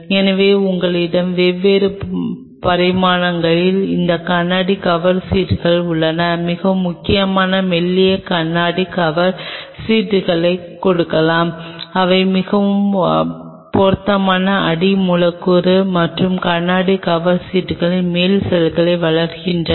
எனவே உங்களிடம் வெவ்வேறு பரிமாணங்களின் இந்த கண்ணாடி கவர் சீட்டுகள் உள்ளன நீங்கள் மிகவும் மெல்லிய கண்ணாடி கவர் சீட்டுகளை கொடுக்கலாம் அவை மிகவும் பொருத்தமான அடி மூலக்கூறு மற்றும் கண்ணாடி கவர் சீட்டுகளின் மேல் செல்களை வளர்க்கலாம்